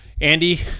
Andy